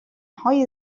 های